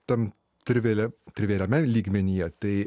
tam trivialiam trivialiame lygmenyje tai